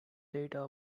data